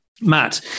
Matt